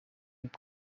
uko